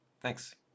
Thanks